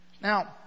Now